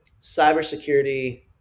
cybersecurity